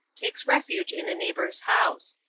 takes refuge in a neighbor's house.